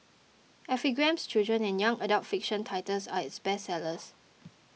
epigram's children and young adult fiction titles are its bestsellers